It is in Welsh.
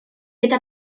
gyda